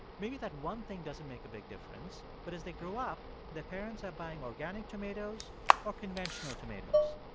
maybe that one thing doesn't make a big difference, but as they grow up, their parents are buying organic tomatoes or conventional tomatoes.